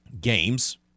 games